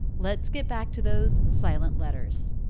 let's get back to those silent letters.